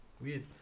Weird